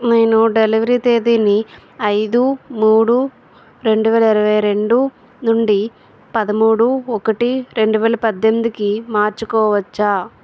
నేను డెలివరీ తేదీని ఐదు మూడు రెండు వేల ఇరవై రెండు నుండి పదమూడు ఒకటి రెండు వేల పద్దెనిమిదికి మార్చుకోవచ్చా